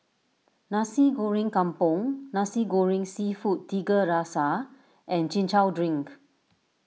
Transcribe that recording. Nasi Goreng Kampung Nasi Goreng Seafood Tiga Rasa and Chin Chow Drink